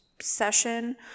session